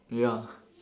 ya